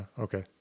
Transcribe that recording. okay